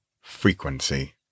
Frequency